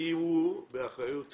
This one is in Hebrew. כי הוא באחריותכם,